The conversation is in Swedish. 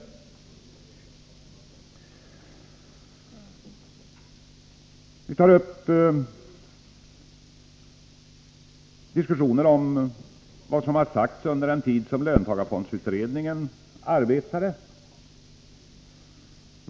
Här har tagits upp diskussioner om vad som har sagts under den tid löntagarfondsutredningen arbetade.